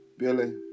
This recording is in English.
Billy